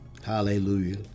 hallelujah